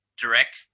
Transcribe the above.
Direct